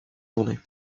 journées